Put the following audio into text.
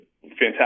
fantastic